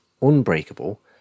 unbreakable